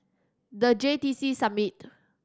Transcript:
The J T C Summit